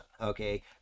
okay